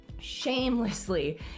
Shamelessly